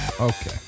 Okay